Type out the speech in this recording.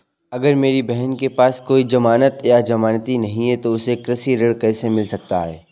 अगर मेरी बहन के पास कोई जमानत या जमानती नहीं है तो उसे कृषि ऋण कैसे मिल सकता है?